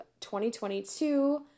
2022